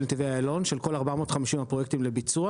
נתיבי איילון של כל 450 הפרויקטים לביצוע